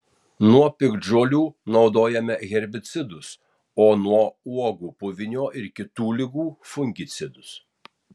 nuo piktžolių naudojome herbicidus o nuo uogų puvinio ir kitų ligų fungicidus